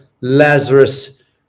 Lazarus